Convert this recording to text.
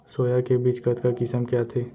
Soya के बीज कतका किसम के आथे?